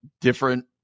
different